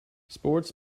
sports